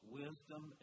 wisdom